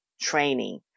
training